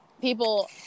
people